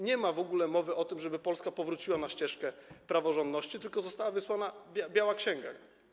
Nie ma w ogóle mowy o tym, żeby Polska powróciła na ścieżkę praworządności, tylko została wysłana biała księga.